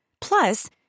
Plus